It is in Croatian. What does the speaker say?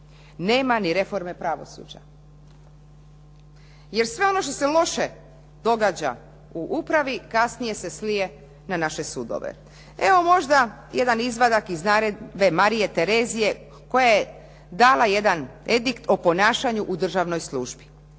nema ni reforme pravosuđa. Jer sve ono što se loše događa u upravi, kasnije se slije na naše sudove. Evo možda jedan izvadak iz naredbe Marije Terezije koja je dala jedan edikt o ponašanju u državnoj službi.